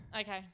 Okay